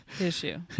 issue